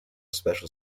special